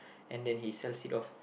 and then he sells it off